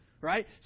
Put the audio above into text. right